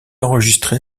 enregistré